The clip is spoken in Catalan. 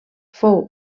fou